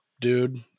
dude